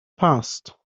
past